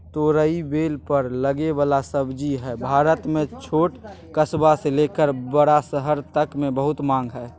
तोरई बेल पर लगे वला सब्जी हई, भारत में छोट कस्बा से लेकर बड़ा शहर तक मे बहुत मांग हई